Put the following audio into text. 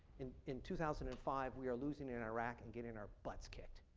in in two thousand and five we are losing in iraq and getting our butts kicked.